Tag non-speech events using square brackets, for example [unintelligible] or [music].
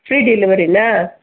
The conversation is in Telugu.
ఫ్రీ డెలివరీనా [unintelligible]